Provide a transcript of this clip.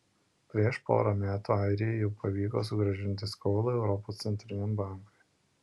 prieš porą metų airijai jau pavyko sugrąžinti skolą europos centriniam bankui